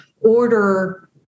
order